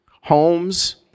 homes